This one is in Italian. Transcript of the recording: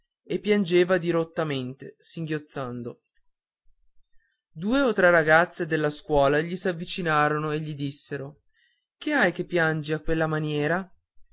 e piangeva dirottamente singhiozzando due o tre ragazze della seconda gli s'avvicinarono e gli dissero che hai che piangi a quella maniera